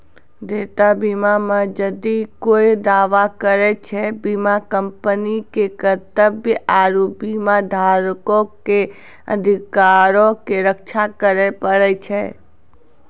देयता बीमा मे जदि कोय दावा करै छै, बीमा कंपनी के कर्तव्य आरु बीमाधारको के अधिकारो के रक्षा करै पड़ै छै